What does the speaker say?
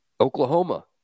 Oklahoma